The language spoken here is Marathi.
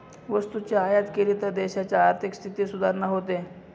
वस्तूची आयात केली तर देशाच्या आर्थिक स्थितीत सुधारणा होते